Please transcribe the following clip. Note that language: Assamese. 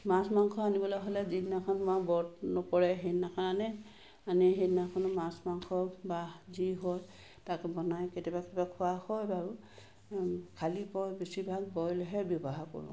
মাছ মাংস আনিবলৈ হ'লে যিদিনাখন মই ব্ৰত নপৰে সেইদিনাখনে আনি সেইদিনাখন মাছ মাংস বা যি হওক তাকে বনাই কেতিয়াবা কেতিয়াবা খোৱা হয় বাৰু খালী বৰ বেছিভাগ বইলহে ব্যৱহাৰ কৰোঁ